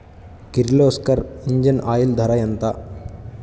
Kirloskar engine oil ధర ఎంత?